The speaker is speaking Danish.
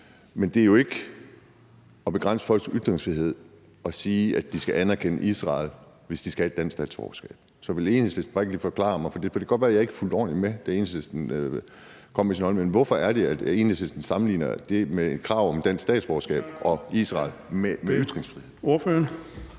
Men det er jo ikke at begrænse folks ytringsfrihed at sige, de skal anerkende Israel, hvis de skal have dansk statsborgerskab. Så vil Enhedslisten bare ikke lige forklare mig det, for det kan godt være, jeg ikke har fulgt ordentligt med, da Enhedslisten kom med sin holdning. Hvorfor er det, at Enhedslisten sammenligner det med et krav vedrørende Israel til at få